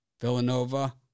Villanova